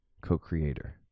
Co-creator